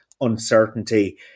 uncertainty